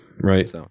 right